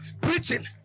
preaching